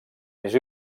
més